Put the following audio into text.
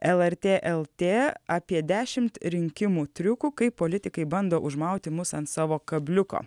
lrt lt apie dešimt rinkimų triukų kaip politikai bando užmauti mus ant savo kabliuko